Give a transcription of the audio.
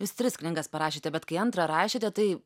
jūs tris knygas parašėte bet kai antrą rašėte tai